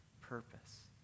purpose